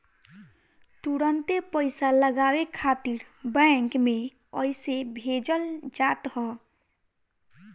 तुरंते पईसा लगावे खातिर बैंक में अइसे भेजल जात ह